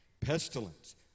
pestilence